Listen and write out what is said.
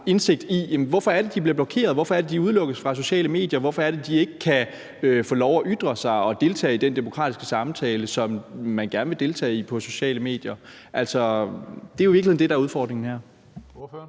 indsigt i, hvorfor det er, de bliver blokeret, hvorfor det er, de udelukkes fra sociale medier, hvorfor det er, de ikke kan få lov til at ytre sig og deltage i den demokratiske samtale, som de gerne vil deltage i på sociale medier. Det er jo i virkeligheden det, der er udfordringen her.